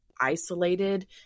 isolated